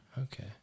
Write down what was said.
Okay